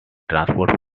transport